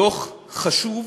דוח חשוב.